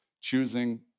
choosing